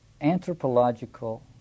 anthropological